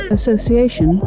Association